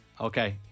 Okay